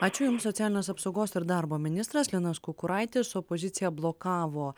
ačiū jums socialinės apsaugos ir darbo ministras linas kukuraitis opozicija blokavo